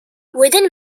within